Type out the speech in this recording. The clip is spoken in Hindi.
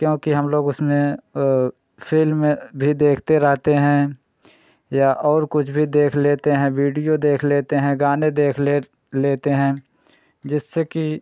क्योंकि हम लोग उसमें फ़िल्म भी देखते रहते हैं या और कुछ भी देख लेते हैं वीडियो देख लेते हैं गाने देख ले लेते हैं जिससे कि